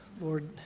Lord